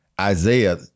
Isaiah